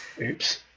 Oops